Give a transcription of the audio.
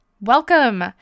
welcome